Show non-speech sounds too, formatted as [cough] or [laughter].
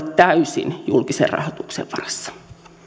[unintelligible] täysin julkisen rahoituksen varassa